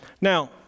Now